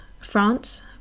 France